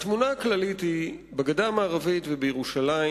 התמונה הכללית היא שבגדה המערבית ובירושלים